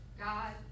God